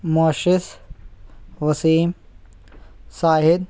मौशिस Wasim Shahid